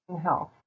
health